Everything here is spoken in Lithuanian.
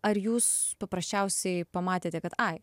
ar jūs paprasčiausiai pamatėte kad ai